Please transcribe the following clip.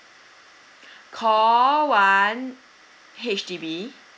call one H_D_B